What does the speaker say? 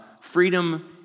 freedom